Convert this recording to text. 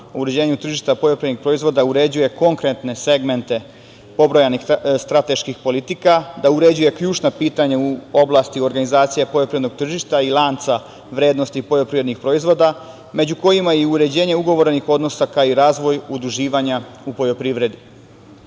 o uređenju tržišta poljoprivrednih proizvoda uređuje konkretne segmente pobrojanih strateških politika, da uređuje ključna pitanja u oblasti organizacije poljoprivrednih tržišta i lanca vrednosti poljoprivrednih proizvoda, a među kojima je uređenje ugovorenih odnosa, kao i razvoj udruživanja u poljoprivredu. Ne